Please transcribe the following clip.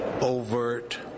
overt